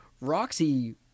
Roxy